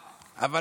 מהפכה.